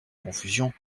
confusion